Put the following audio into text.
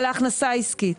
על ההכנסה העסקית,